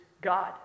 God